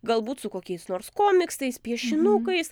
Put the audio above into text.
galbūt su kokiais nors komiksais piešinukais